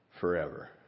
forever